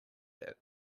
that